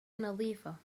نظيفة